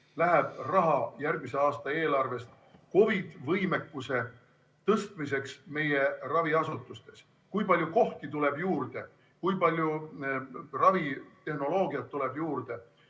läheb raha järgmise aasta eelarvest COVID‑võimekuse tõstmiseks meie raviasutustes. Kui palju kohti tuleb juurde, kui palju ravitehnoloogiat tuleb juurde,